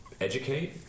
educate